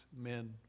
men